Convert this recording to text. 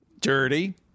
Dirty